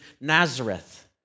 Nazareth